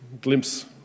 glimpse